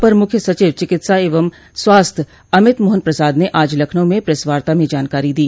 अपर मुख्य सचिव चिकित्सा एवं स्वास्थ्य अमित मोहन प्रसाद आज लखनऊ में प्रेसवार्ता में यह जानकारी दी